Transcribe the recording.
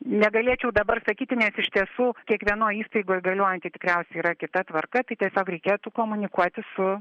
negalėčiau dabar sakyti nes iš tiesų kiekvienoj įstaigoj galiojanti tikriausiai yra kita tvarka tai tiesiog reikėtų komunikuoti su